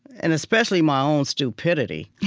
and especially my own stupidity